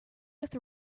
with